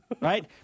right